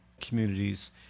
communities